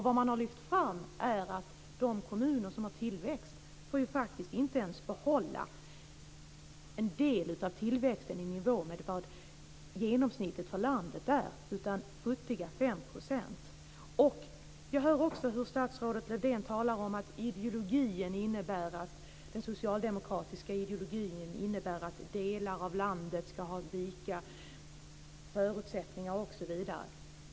Vad man har lyft fram är att de kommuner som har tillväxt faktiskt inte får behålla ens en sådan del av tillväxten som ligger i nivå med vad genomsnittet för landet är, utan futtiga Jag har hört statsrådet Lövdén tala om att den socialdemokratiska ideologin innebär att olika delar av landet ska ha likvärdiga villkor osv.